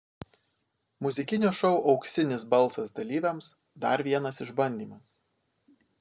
muzikinio šou auksinis balsas dalyviams dar vienas išbandymas